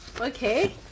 Okay